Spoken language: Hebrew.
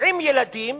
עם ילדים